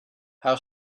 how